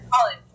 college